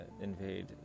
invade